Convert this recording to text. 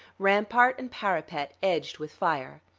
rampart and parapet edged with fire.